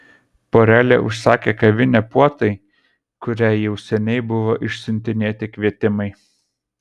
porelė užsakė kavinę puotai kuriai jau seniai buvo išsiuntinėti kvietimai